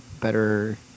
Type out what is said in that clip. better